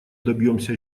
добьемся